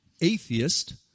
atheist